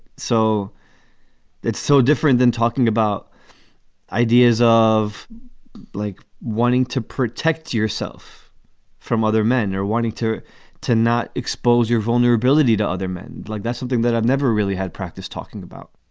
so that's so different than talking about ideas of like wanting to protect yourself from other men or wanting to to not expose your vulnerability to other men. like that's something that i've never really had practiced talking about.